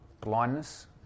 blindness